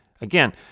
Again